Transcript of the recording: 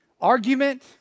argument